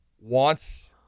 wants